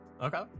Okay